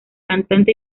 cantante